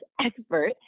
expert